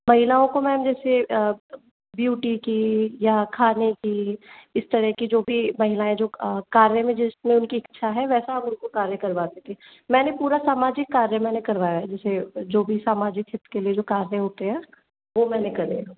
महिलाओं को मैम जैसे ब्यूटी की या खाने कि इस तरह की जो भी महिलाएँ जो कार्य में जिसमें उनकी इच्छा है वैसा हम उनसे कार्य करवाते थे मैंने पूरा सामाजिक कार्य मैंने करवाया है जैसे जो भी सामाजिक हित के लिए जो कार्य होते हैं वह मैंने करे है